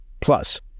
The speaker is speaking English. Plus